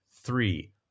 three